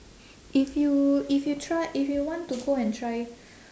if you if you try if you want to go and try